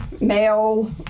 male